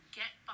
get